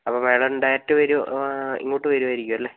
അപ്പോൾ madam direct വരുമോ ഇങ്ങോട്ട് വരുവായിരുക്കും അല്ലെ